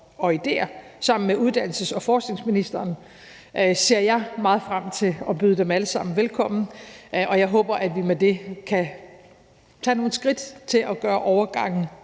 og ideér. Sammen med uddannelses- og forskningsministeren ser jeg meget frem til at byde dem alle sammen velkommen, og jeg håber, at vi med det kan tage nogle skridt til at gøre overgangen